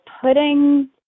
putting